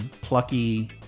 plucky